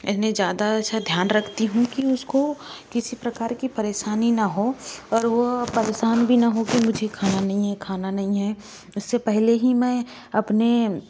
यानि ज़्यादा ऐसा ध्यान रखती हूँ कि उसको किसी प्रकार की परेशानी ना हो और वह परेशान भी ना हो कि मुझे खाना नहीं है खाना नहीं है इससे पहले ही मैं अपने